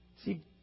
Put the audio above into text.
See